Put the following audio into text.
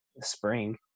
spring